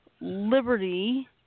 Liberty